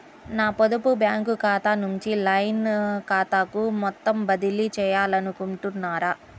నా పొదుపు బ్యాంకు ఖాతా నుంచి లైన్ ఖాతాకు మొత్తం బదిలీ చేయాలనుకుంటున్నారా?